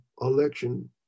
election